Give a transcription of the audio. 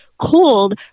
cold